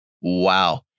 Wow